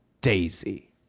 daisy